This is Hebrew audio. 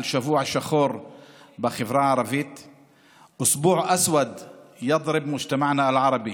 שבוע שחור בחברה הערבית: (אומר דברים בשפה הערבית,